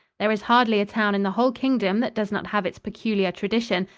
there is hardly a town in the whole kingdom that does not have its peculiar tradition,